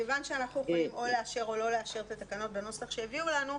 כיוון שאנחנו יכולים או לאשר או לא לאשר את התקנות בנוסח שהביאו לנו,